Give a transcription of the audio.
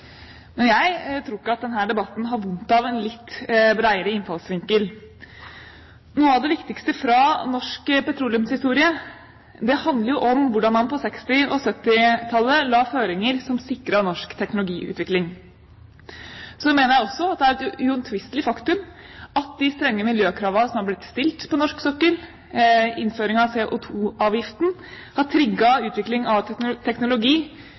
Jeg tror ikke at denne debatten har vondt av en litt bredere innfallsvinkel. Noe av det viktigste fra norsk petroleumshistorie handler om hvordan man på 1960- og 1970-tallet la føringer som sikret norsk teknologiutvikling. Så mener jeg også at det er et uomtvistelig faktum at de strenge miljøkravene som har blitt stilt på norsk sokkel, og innføring av CO2-avgiften, har trigget utviklingen av teknologi